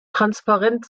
transparent